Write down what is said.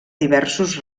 diversos